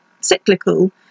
cyclical